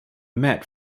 met